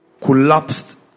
collapsed